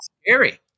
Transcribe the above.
scary